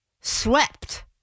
swept